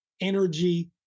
energy